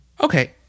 Okay